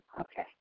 Okay